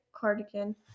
cardigan